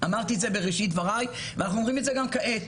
אמרתי את זה בראשית דבריי ואנחנו אומרים את זה גם כעת,